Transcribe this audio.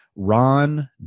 Ron